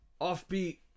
Offbeat